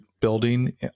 building